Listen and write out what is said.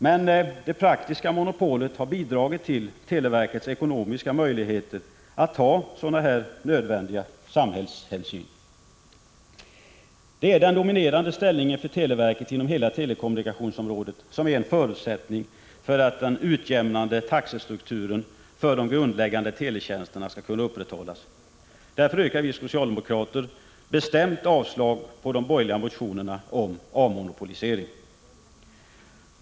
Men det praktiska monopolet har bidragit till televerkets ekonomiska möjligheter att ta sådana här nödvändiga samhällshänsyn. Det är den dominerande ställningen för televerket inom hela telekommunikationsområdet som är en förutsättning för att den utjämnande taxestrukturen för de grundläggande teletjänsterna skall kunna upprätthållas. Därför yrkar vi socialdemokrater bestämt avslag på de borgerliga motionerna om avmonopolisering.